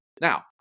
Now